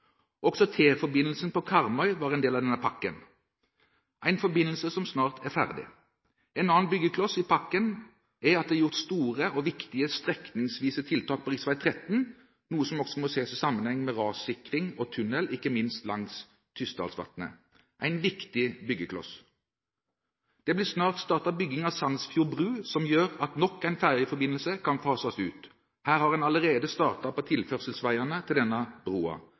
Også T-forbindelsen på Karmøy var en del av denne pakken, en forbindelse som snart er ferdig. En annen byggekloss i pakken er at det er gjort store og viktige strekningsvise tiltak på rv. 13, noe som også må ses i sammenheng med rassikring og tunnel, ikke minst langs Tysdalsvatnet – en viktig byggekloss. Det blir snart startet bygging av Sandsfjord bru, som gjør at nok en fergeforbindelse kan fases ut. Man har allerede startet på tilførselsveiene til denne